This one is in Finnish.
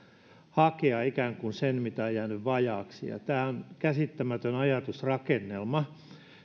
hakea ikään kuin sen mitä on jäänyt vajaaksi ja tämä on käsittämätön ajatusrakennelma